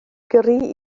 gyrru